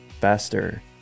faster